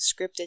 scripted